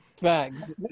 Facts